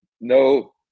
no